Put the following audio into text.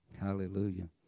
hallelujah